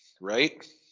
Right